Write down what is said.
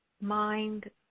mind